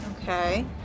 Okay